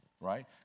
right